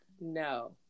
no